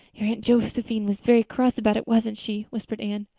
your aunt josephine was very cross about it, wasn't she? whispered anne.